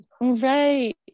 Right